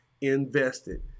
invested